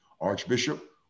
Archbishop